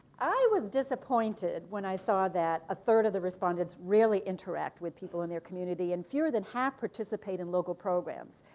i was disappointed when i saw that a third of the respondents rarely interact with people in their community and fewer than half participate in local programs.